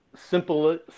simple